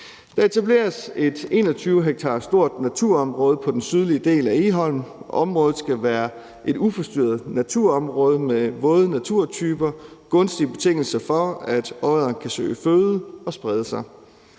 Der etableres et 21 ha stort naturområde på den sydlige del af Egholm. Området skal være et uforstyrret naturområde med våde naturtyper, gunstige betingelser for, at odderen kan søge føde og sprede sig.